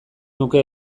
nuke